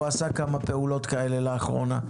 הוא עשה כמה פעולות כאלה לאחרונה.